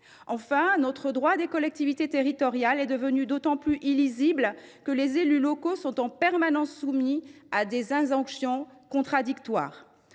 Enfin, notre droit des collectivités territoriales est devenu d’autant plus illisible que les élus locaux sont en permanence soumis à des injonctions contradictoires.